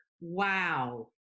wow